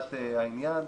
לטובת העניין,